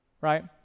right